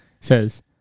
says